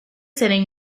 setting